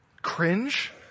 Cringe